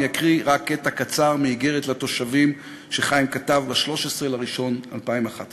אני אקריא רק קטע קצר מאיגרת לתושבים שחיים כתב ב-13 בינואר 2011: